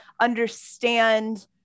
understand